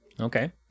Okay